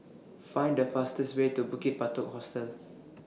Find The fastest Way to Bukit Batok Hostel